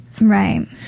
Right